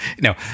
no